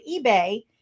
eBay